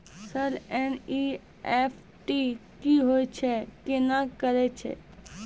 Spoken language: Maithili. सर एन.ई.एफ.टी की होय छै, केना करे छै?